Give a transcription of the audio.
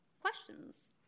questions